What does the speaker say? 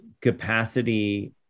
capacity